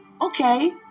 Okay